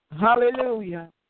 Hallelujah